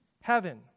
heaven